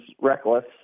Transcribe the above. reckless